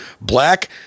black